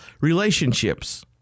relationships